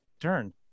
turn